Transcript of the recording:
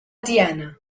tiana